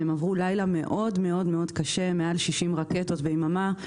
הם עברו לילה מאוד מאוד קשה, מעל 60 רקטות ביממה.